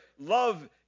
love